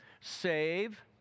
save